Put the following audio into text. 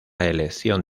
elección